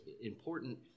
important